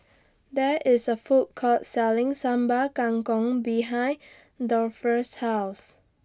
There IS A Food Court Selling Sambal Kangkong behind Dolphus' House